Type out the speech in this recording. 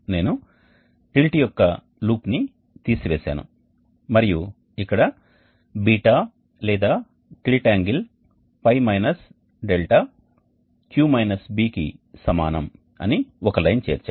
నేను టిల్ట్ యొక్క లూప్ని తీసివేసాను మరియు ఇక్కడ బీటా లేదా టిల్ట్ యాంగిల్ Π - 𝛿 Q Bకి సమానం అని ఒక లైన్ చేర్చాను